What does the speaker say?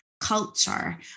culture